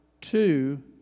two